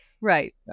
right